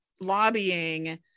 lobbying